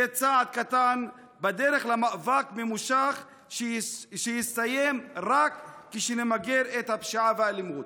זה צעד קטן בדרך למאבק ממושך שיסתיים רק כשנמגר את הפשיעה והאלימות.